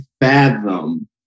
fathom